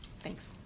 Thanks